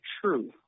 true